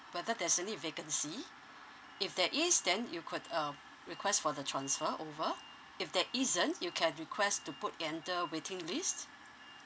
whether there's any vacancy if there is then you could um request for the transfer over if there isn't you can request to put under waiting list